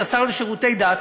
השר לשירותי דת,